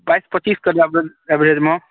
price पच्चीसके लगभग एवरेजमे